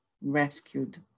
rescued